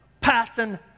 passing